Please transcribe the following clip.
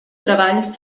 treballs